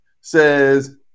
says